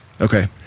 Okay